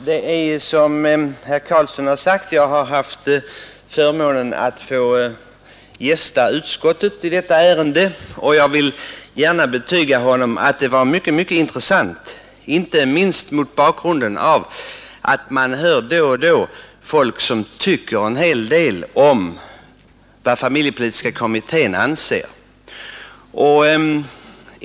Herr talman! Som herr Karlsson i Huskvarna nämnde har jag haft förmånen att få gästa utskottet i detta ärende. Jag vill gärna betyga honom att det var mycket intressant, inte minst mot bakgrunden av att man då och då hör folk som uttrycker åsikter om vad familjepolitiska kommittén anser.